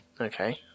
okay